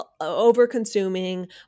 over-consuming